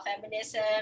feminism